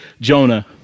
Jonah